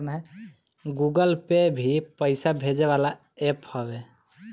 Google Pay भी पईसा भेजे वाला एप्प हवे